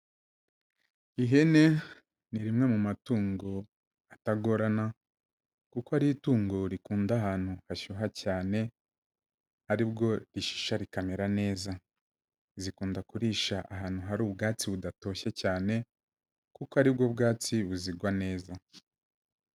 Ihene ni rimwe mu matungo atagorana kuko ari itungo rikunda ahantu hashyuha cyane ari bwo rishisha rikamera neza. Zikunda kurisha ahantu hari ubwatsi budatoshye cyane kuko ari bwo bwatsi buzigwa neza.